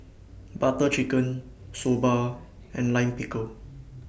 Butter Chicken Soba and Lime Pickle